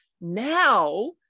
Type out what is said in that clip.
now